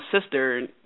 sister